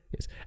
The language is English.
Yes